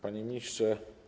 Panie Ministrze!